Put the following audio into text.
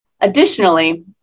Additionally